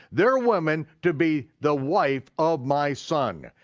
their women, to be the wife of my son.